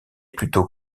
plutôt